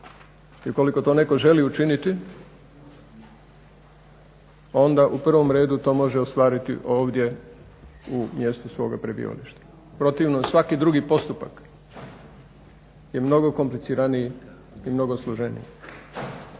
I ukoliko to netko želi učiniti onda u prvom redu to može ostvariti ovdje u mjestu svoga prebivališta. U protivnom svaki drugi postupak je mnogo kompliciraniji i mnogo složeniji.